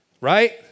Right